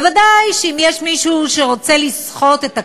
ודאי שאם יש מישהו שרוצה לסחוט את הקבלן,